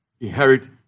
inherit